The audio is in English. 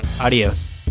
adios